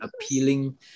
appealing